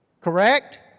Correct